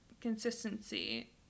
Consistency